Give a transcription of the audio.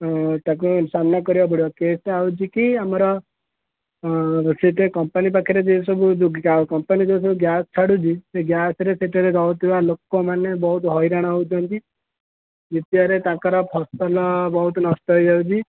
ତାକୁ ସାମ୍ନା କରିବାକୁ ପଡ଼ିବ କେସ୍ଟା ହେଉଛି କି ଆମର ସେଠି କମ୍ପାନୀ ପାଖରେ ଯେ ସବୁ କମ୍ପାନୀ ଯୋଉ ସବୁ ଗ୍ୟାସ୍ ଛାଡ଼ୁଛି ସେ ଗ୍ୟାସ୍ରେ ସେଠାରେ ରହୁଥିବା ଲୋକମାନେ ବହୁତ ହଇରାଣ ହେଉଛନ୍ତି ଦ୍ୱିତୀୟରେ ତାଙ୍କର ଫସଲ ବହୁତ ନଷ୍ଟ ହେଇଯାଉଛି